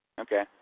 Okay